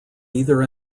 either